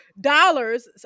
dollars